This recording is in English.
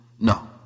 No